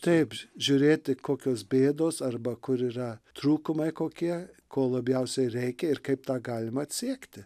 taip žiūrėti kokios bėdos arba kur yra trūkumai kokie ko labiausiai reikia ir kaip tą galima atsiekti